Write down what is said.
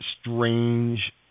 strange